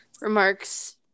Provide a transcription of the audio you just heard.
remarks